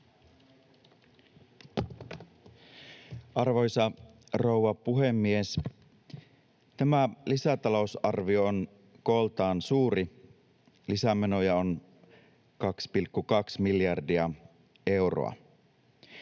Arvoisa rouva puhemies! Tämä lisätalousarvio on kooltaan suuri. Lisämenoja on 2,2 miljardia euroa.